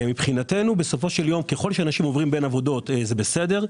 מבחינתנו בסופו של דבר ככל שאנשים עוברים בין עבודות זה בסדר,